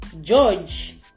George